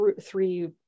Three